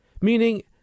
Meaning